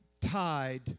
tied